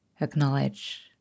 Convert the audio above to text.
acknowledge